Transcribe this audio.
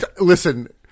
Listen